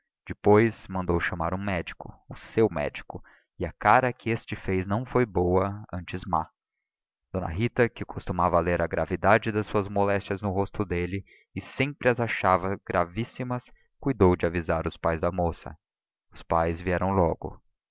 depois mandou chamar um médico o seu médico e a cara que este fez não foi boa antes má d rita que costumava ler a gravidade das suas moléstias no rosto dele e sempre as achava gravíssimas cuidou de avisar os pais da moça os pais vieram logo